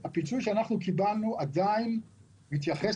הפיצוי שאנחנו קיבלנו עדיין מתייחס